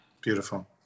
Beautiful